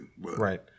Right